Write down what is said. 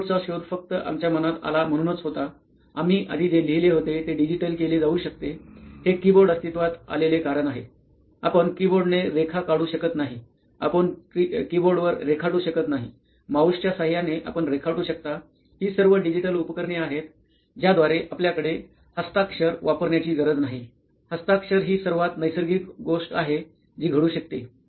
कीबोर्डचा शोध फक्त आमच्या मनात आला म्हणूनच होता आम्ही आधी जे लिहिले होते ते डिजिटल केले जाऊ शकते हे कीबोर्ड अस्तित्त्वात आलेले कारण आहे आपण कीबोर्डने रेखा काढू शकत नाही आपण कीबोर्डवर रेखाटू शकत नाही माऊसच्या सहाय्याने आपण रेखाटू शकता ही सर्व डिजिटल उपकरणे आहेत ज्या द्वारे आपल्याकडे हस्ताक्षर वापरण्याची गरज नाही हस्ताक्षर ही सर्वात नैसर्गिक गोष्ट आहे जी घडू शकते